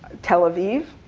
tel aviv,